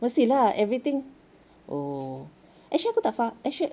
mesti lah everything oh actually aku tak faham actually